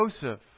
Joseph